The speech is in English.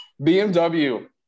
BMW